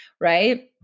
right